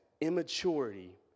immaturity